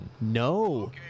No